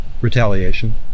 Retaliation